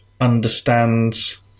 understands